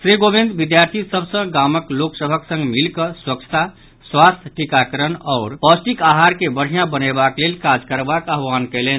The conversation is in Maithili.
श्री कोविन्द विद्यार्थी सभ सॅ गामक लोक सभक संग मिलि कऽ स्वच्छता स्वास्थ्य टीकाकरण शिक्षा आओर पौष्टिक आहार के बढ़िया बनयबाक लेल काज करबाक आह्वान कयलनि